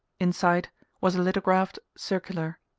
inside was a lithographed circular,